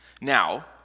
Now